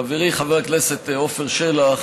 חברי חבר הכנסת עפר שלח